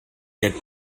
get